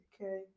Okay